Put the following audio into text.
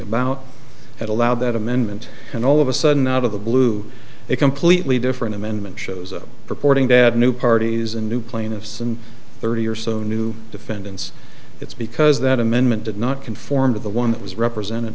about had allowed that amendment and all of a sudden out of the blue a completely different amendment shows up purporting to add new parties and new plaintiffs and thirty or so new defendants it's because that amendment did not conform to the one that was represented